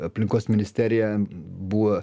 aplinkos ministerija buvo